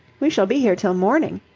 we shall be here till morning.